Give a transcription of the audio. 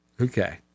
Okay